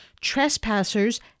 Trespassers